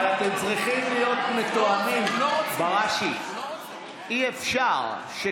אתם צריכים להיות מתואמים, בראשי, אי-אפשר.